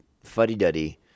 fuddy-duddy